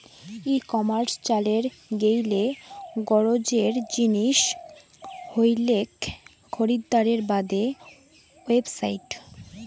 ই commerce চালের গেইলে গরোজের জিনিস হইলেক খরিদ্দারের বাদে ওয়েবসাইট